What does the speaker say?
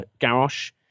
Garrosh